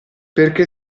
perché